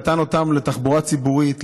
נתן אותם לתחבורה ציבורית,